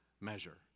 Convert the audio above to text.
measure